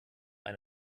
ein